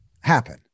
happen